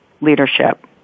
leadership